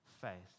faith